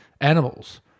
animals